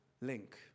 link